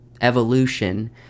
evolution